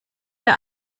der